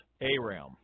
Aram